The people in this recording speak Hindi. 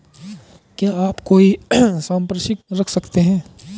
क्या आप कोई संपार्श्विक रख सकते हैं?